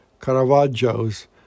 Caravaggio's